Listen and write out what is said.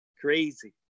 Crazy